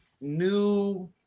new